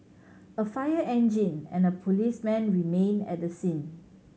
a fire engine and a policeman remained at the scene